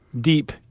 deep